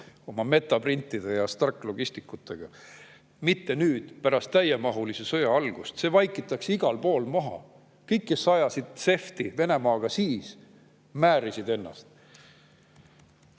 Metaprintide ja Stark Logisticsitega, mitte alles nüüd, pärast täiemahulise sõja algust. See vaikitakse igal pool maha. Kõik, kes ajasid siis sehvti Venemaaga, määrisid ennast.